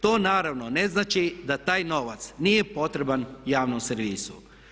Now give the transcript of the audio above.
To naravno ne znači da taj novac nije potreban javnom servisu.